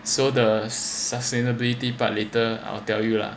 so the sustainability part later I'll tell you lah